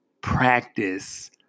practice